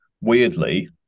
Weirdly